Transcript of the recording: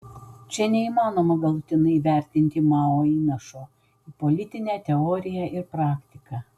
čia neįmanoma galutinai įvertinti mao įnašo į politinę teoriją ir praktiką